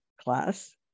class